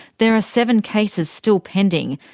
there are seven cases still pending,